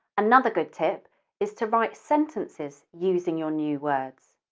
another good tip is to write sentences using your new words.